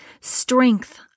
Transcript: Strength